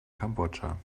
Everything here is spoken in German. kambodscha